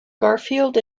garfield